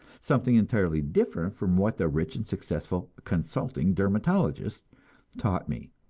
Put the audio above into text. something entirely different from what the rich and successful consulting dermatologist taught me,